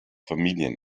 familien